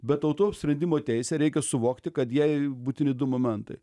bet tautų apsisprendimo teisė reikia suvokti kad jai būtini du momentai